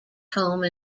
home